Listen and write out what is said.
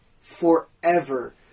forever